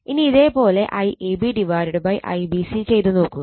ഇനി ഇതേ പോലെ IABIBC ചെയ്തുനോക്കുക